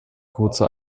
kurze